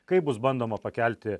kaip bus bandoma pakelti